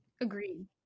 Agreed